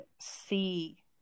see